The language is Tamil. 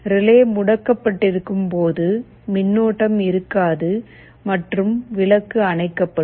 ரிலே முடக்கப்பட்டிருக்கும் போது மின்னோட்டம் இருக்காது மற்றும் விளக்கு அணைக்கப்படும்